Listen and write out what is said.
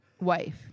wife